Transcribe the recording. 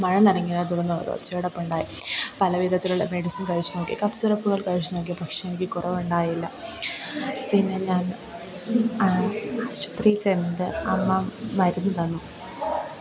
മഴ നനഞ്ഞതിനേത്തുടർന്ന് ഒരൊച്ചയടപ്പ് ഉണ്ടായി പല വിധത്തിലുള്ള മെഡിസിൻ കഴിച്ചു നോക്കി കഫ് സിറപ്പ്കൾ കഴിച്ചുനോക്കി പക്ഷേ എനിക്ക് കുറവുണ്ടായില്ല പിന്നെ ഞാൻ ആശുപത്രിയിൽ ചെന്നത് അമ്മ മരുന്ന് തന്നു